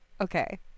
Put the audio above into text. Okay